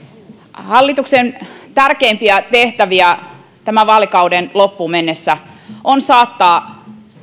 hallituksen tärkeimpiä tehtäviä tämän vaalikauden loppuun mennessä on saattaa